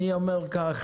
אני אומר כך,